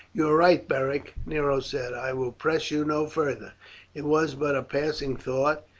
you are right, beric, nero said. i will press you no farther it was but a passing thought.